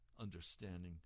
understanding